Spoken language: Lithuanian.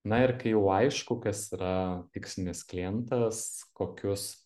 na ir kai jau aišku kas yra tikslinis klientas kokius